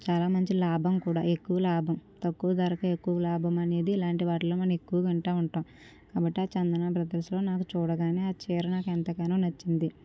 చాలా మంచి లాభం కూడా ఎక్కువ లాభం తక్కువ ధరకు ఎక్కువ లాభం అనేది ఇలాంటి వాటిలో మనం ఎక్కువ వింటు ఉంటాం కాబట్టి ఆ చందాన బ్రదర్స్లో నాకు చూడగానే నాకు ఆ చీర నాకు ఎంతగానో నచ్చింది